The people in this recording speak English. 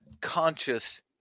conscious